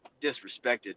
disrespected